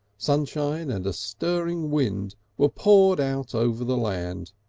sunshine and a stirring wind were poured out over the land,